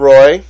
Roy